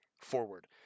forward